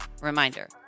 Reminder